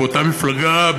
באותה מפלגה,